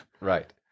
Right